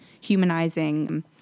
humanizing